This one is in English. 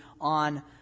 on